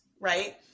right